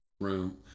room